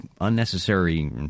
unnecessary